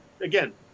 again